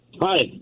Hi